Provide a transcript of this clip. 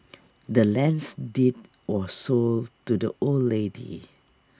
the land's deed was sold to the old lady